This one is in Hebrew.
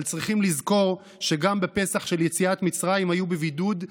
אבל צריכים לזכור שגם בפסח של יציאת מצרים היו בבידוד,